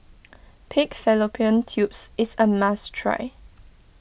Pig Fallopian Tubes is a must try